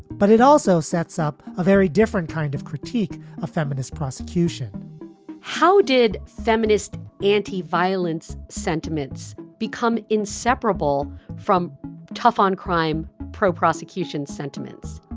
but it also sets up a very different kind of critique of feminist prosecution how did feminist anti violence sentiments become inseparable from tough on crime, pro prosecution sentiments?